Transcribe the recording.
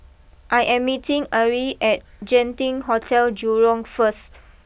I am meeting Ari at Genting Hotel Jurong first